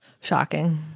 Shocking